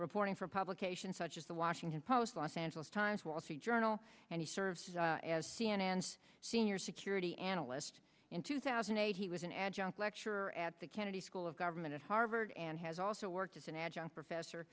reporting for publications such as the washington post los angeles times wall street journal and he served as c n n s senior security analyst in two thousand and eight he was an adjunct lecturer at the kennedy school of government at harvard and has also worked as an adjunct professor